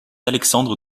alexandre